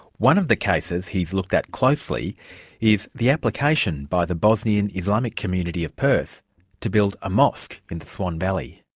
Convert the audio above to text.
one of the cases he's looked at closely is the application by the bosnian islamic community of perth to build a mosque in the swan valley.